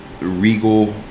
Regal